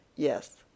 Yes